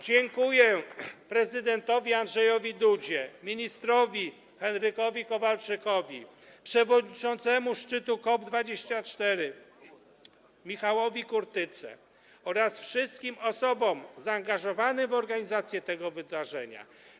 Dziękuję prezydentowi Andrzejowi Dudzie, ministrowi Henrykowi Kowalczykowi, przewodniczącemu szczytu COP24 Michałowi Kurtyce oraz wszystkim osobom zaangażowanym w organizację tego wydarzenia.